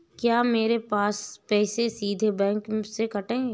क्या मेरे पैसे सीधे बैंक से कटेंगे?